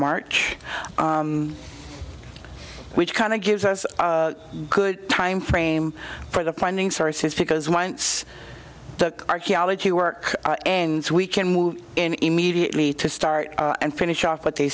march which kind of gives us a good time frame for the planning services because once the archaeology work and we can move in immediately to start and finish off what they